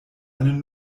eine